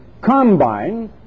combine